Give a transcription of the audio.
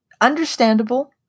Understandable